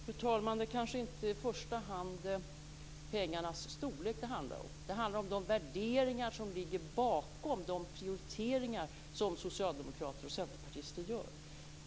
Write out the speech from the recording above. Fru talman! Det handlar kanske inte i första hand om pengarnas storlek. Det handlar om de värderingar som ligger bakom de prioriteringar som socialdemokrater och centerpartister gör.